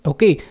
Okay